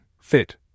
fit